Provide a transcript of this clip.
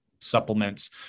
supplements